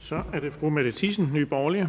Så er det fru Mette Thiesen, Nye Borgerlige.